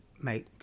make